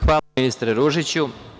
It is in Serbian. Hvala, ministre Ružiću.